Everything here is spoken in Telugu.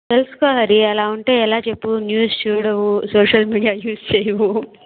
తెలుసుకో హరి అలా ఉంటే ఎలా చెప్పు న్యూస్ చూడవు సోషల్ మీడియా యూజ్ చేయవు